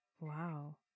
wow